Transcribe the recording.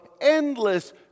endless